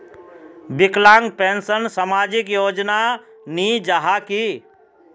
विकलांग पेंशन सामाजिक योजना नी जाहा की?